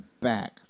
back